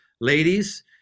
ladies